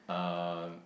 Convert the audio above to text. uh